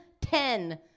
Ten